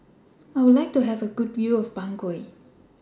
I Would like to Have A Good View of Bangui